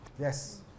yes